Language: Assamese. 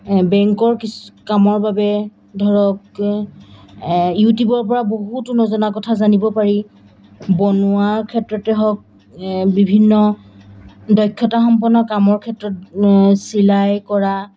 বেংকৰ কিছু কামৰ বাবে ধৰক ইউটিউবৰপৰা বহুতো নজনা কথা জানিব পাৰি বনোৱাৰ ক্ষেত্ৰতে হওক বিভিন্ন দক্ষতাসম্পন্ন কামৰ ক্ষেত্ৰত চিলাই কৰা